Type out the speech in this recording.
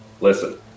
listen